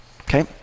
okay